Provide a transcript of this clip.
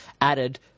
added